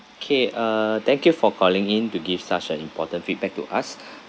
okay uh thank you for calling in to give such an important feedback to us